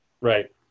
Right